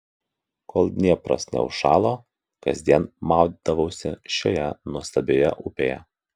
kol dniepras neužšalo kasdien maudydavausi šioje nuostabioje upėje